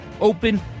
open